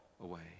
away